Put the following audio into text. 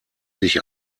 sich